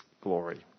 glory